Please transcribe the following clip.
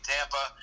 Tampa